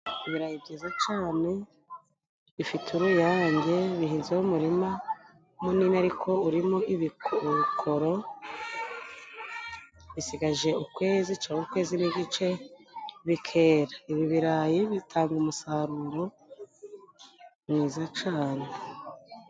Ibirayi byiza cane bifite uruyange, bihinze mu murima munini ariko urimo ibikorokoro, bisigaje ukwezi cangwa ukwezi n'igice bikera. Ibi birarayi bitanga umusaruro mwiza cane.